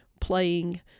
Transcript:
playing